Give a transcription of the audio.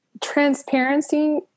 transparency